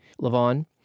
Lavon